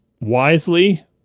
wisely